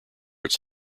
its